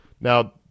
Now